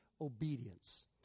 obedience